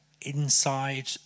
inside